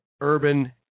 urban